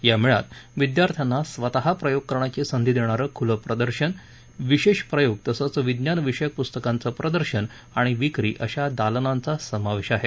या मेळ्यात विद्यार्थ्यांना स्वतः प्रयोग करण्याची संधी देणारं खुलं प्रदर्शन वि शेष प्रयोग तसंच विज्ञान विषयक पुस्तकांचं प्रदर्शन आणि विक्री अशा दालनांचा समावेश आहे